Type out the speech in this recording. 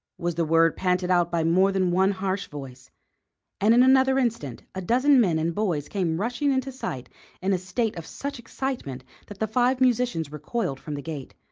was the word panted out by more than one harsh voice and in another instant a dozen men and boys came rushing into sight in a state of such excitement that the five musicians recoiled from the gate,